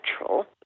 natural